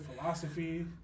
philosophy